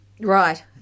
Right